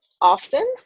often